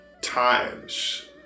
times